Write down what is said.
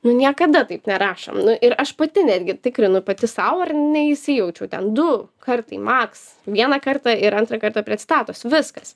nu niekada taip nerašom nu ir aš pati netgi tikrinu pati sau ar neįsijaučiau ten du kartai maks vieną kartą ir antrą kartą prie citatos viskas